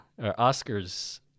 Oscars